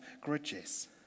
grudges